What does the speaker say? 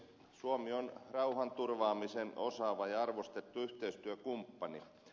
suomi on rauhanturvaamisen osaava ja arvostettu yhteistyökumppani